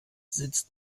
sitzt